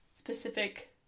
specific